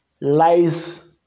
lies